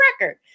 record